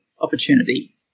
opportunity